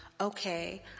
okay